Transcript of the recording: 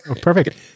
Perfect